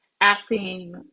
asking